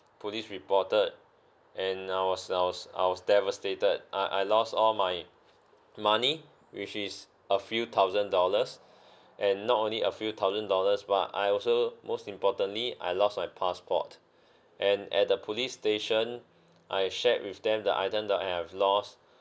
police reported and I was I was I was devastated I I lost all my money which is a few thousand dollars and not only a few thousand dollars but I also most importantly I lost my passport and at the police station I shared with them the item that I have lost